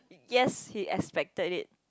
yes he expected it